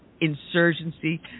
insurgency